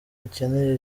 akeneye